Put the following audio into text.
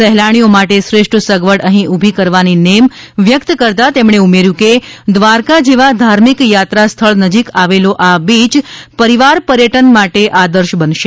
સહેલાણીઓ માટે શ્રેષ્ઠ સગવડ અહી ઊભી કરવાની નેમ વ્યકત કરતાં તેમણે ઉમેર્યું હતું કે દ્વારકા જેવા ધાર્મિક યાત્રા સ્થળ નજીક આવેલો આ બીય પરિવાર પર્યટન માટે આદર્શ બનશે